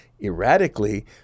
erratically